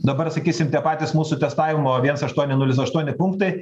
dabar sakysim tie patys mūsų testavimo viens aštuoni nulis aštuoni punktai